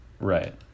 Right